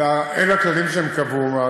אלה הכללים שהם קבעו,